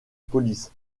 police